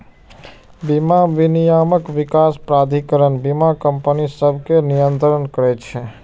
बीमा विनियामक विकास प्राधिकरण बीमा कंपनी सभकें नियंत्रित करै छै